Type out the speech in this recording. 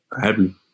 happy